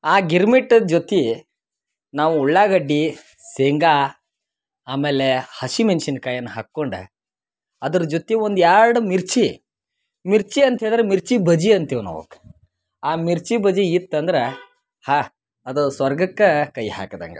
ಆ ಗಿರ್ಮಿಟ್ ಜೊತೆ ನಾವು ಉಳ್ಳಾಗಡ್ಡಿ ಶೇಂಗಾ ಆಮೇಲೆ ಹಸಿ ಮೆನ್ಶಿನ್ಕಾಯನ್ನ ಹಾಕ್ಕೊಂಡು ಅದ್ರ್ ಜೊತೆ ಒಂದು ಎರಡು ಮಿರ್ಚಿ ಮಿರ್ಚಿ ಅಂತ ಹೇಳ್ದ್ರ ಮಿರ್ಚಿ ಬಜ್ಜಿ ಅಂತೀವಿ ನಾವು ಆ ಮಿರ್ಚಿ ಬಜ್ಜಿ ಇತ್ತಂದ್ರ ಹಾ ಅದು ಸ್ವರ್ಗಕ್ಕ ಕೈ ಹಾಕ್ದಂಗ